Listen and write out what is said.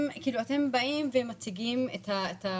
אם אני